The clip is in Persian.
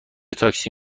تاکسی